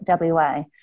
WA